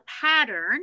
pattern